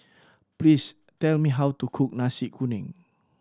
please tell me how to cook Nasi Kuning